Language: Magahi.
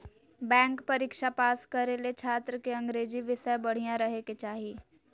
बैंक परीक्षा पास करे ले छात्र के अंग्रेजी विषय बढ़िया रहे के चाही